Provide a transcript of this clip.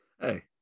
Hey